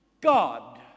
God